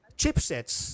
chipsets